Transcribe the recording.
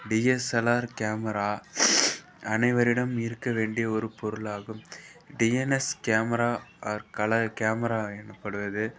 DSLR camera அனைவரிடம் இருக்க வேண்டிய ஒரு பொருளாகும் DNS camera R colour camera எனப்படுவது